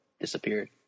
disappeared